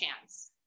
chance